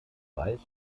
weiß